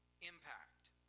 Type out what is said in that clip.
impact